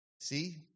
See